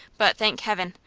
but, thank heaven!